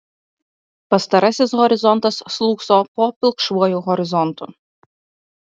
pastarasis horizontas slūgso po pilkšvuoju horizontu